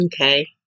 Okay